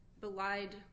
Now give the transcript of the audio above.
belied